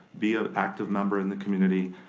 be a active member in the community,